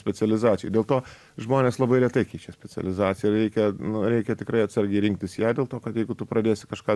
specializacijoj dėl to žmonės labai retai keičia specializaciją reikia nu reikia tikrai atsargiai rinktis ją dėl to kad jeigu tu pradėsi kažką